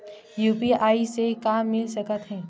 UPI से का मिल सकत हे?